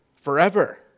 forever